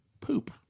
poop